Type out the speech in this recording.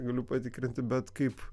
galiu patikrinti bet kaip